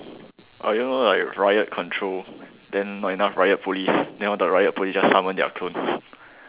or you know like riot control then not enough riot police then all the riot police just summon their clone